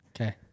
Okay